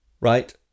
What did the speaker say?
right